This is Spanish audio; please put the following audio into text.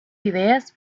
ideas